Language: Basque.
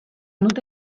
dute